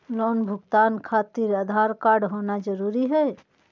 Loan भुगतान खातिर Aadhaar card होना जरूरी है?